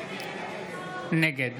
נגד